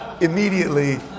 immediately